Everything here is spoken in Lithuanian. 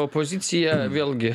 opozicija vėlgi